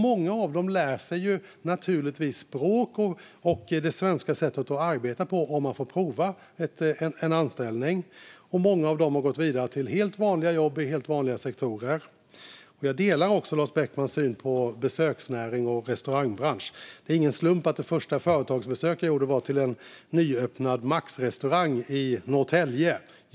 Många lär sig naturligtvis språket och det svenska sättet att arbeta på om de får prova en anställning, och många har gått vidare till helt vanliga jobb i helt vanliga sektorer. Jag delar också Lars Beckmans syn på besöksnäring och restaurangbransch; det är ingen slump att det första företagsbesöket jag gjorde var till en nyöppnad Maxrestaurang i Norrtälje.